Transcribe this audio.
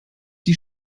die